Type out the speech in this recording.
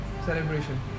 celebration